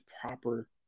proper